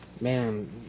man